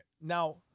now